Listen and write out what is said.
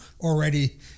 already